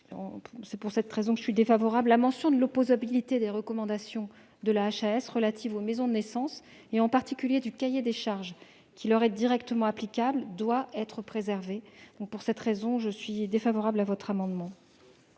Quel est l'avis du Gouvernement ? La mention de l'opposabilité des recommandations de la HAS relatives aux maisons de naissance, en particulier du cahier des charges qui leur est directement applicable, doit être préservée. Pour cette raison, je suis défavorable à cet amendement.